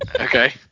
Okay